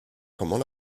comment